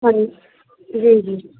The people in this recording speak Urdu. جی جی